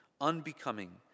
unbecoming